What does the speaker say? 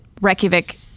Reykjavik